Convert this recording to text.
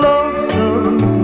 Lonesome